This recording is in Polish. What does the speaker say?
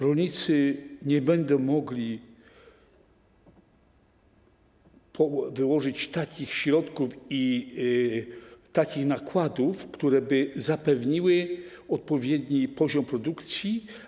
Rolnicy nie będą mogli wyłożyć takich środków i takich nakładów, które by zapewniły odpowiedni poziom produkcji.